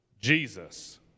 Jesus